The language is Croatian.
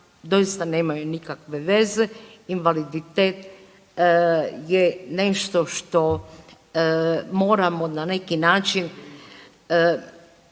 doista nemaju nikakve veze. Invaliditet je nešto što moramo na neki način,